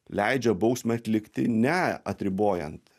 leidžia bausmę atlikti ne atribojant